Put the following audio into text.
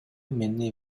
мени